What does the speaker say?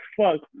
fuck